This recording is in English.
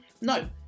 No